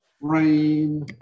rain